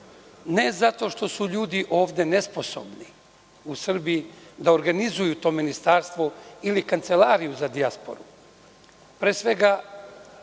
ne zato što su ljudi ovde nesposobni u Srbiji da organizuju to ministarstvo ili kancelariju za dijasporu.